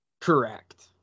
Correct